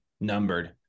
numbered